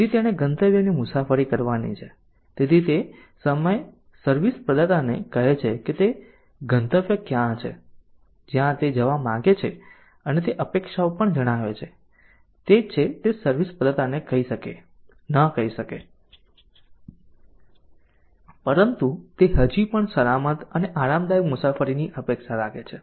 તેથી તેણે ગંતવ્યની મુસાફરી કરવાની છે તેથી તે સર્વિસ પ્રદાતાને કહે છે કે ગંતવ્ય ક્યાં છે જ્યાં તે જવા માંગે છે અને તે અપેક્ષાઓ પણ જણાવે છે જે તે સર્વિસ પ્રદાતાને ન કહી શકે પરંતુ તે હજી પણ સલામત અને આરામદાયક મુસાફરીની અપેક્ષા રાખે છે